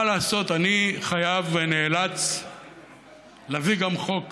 מה לעשות, אני חייב ונאלץ להביא גם חוק כזה.